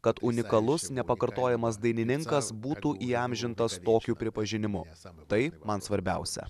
kad unikalus nepakartojamas dainininkas būtų įamžintas tokiu pripažinimu tai man svarbiausia